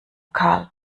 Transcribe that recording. karl